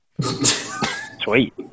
Sweet